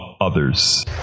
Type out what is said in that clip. others